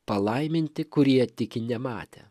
palaiminti kurie tiki nematę